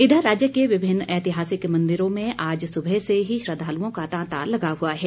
इधर राज्य के विभिन्न ऐतिहासिक मंदिरों में आज सुबह से ही श्रद्वालुओं का तांता लगा हुआ है